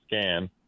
scan